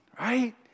right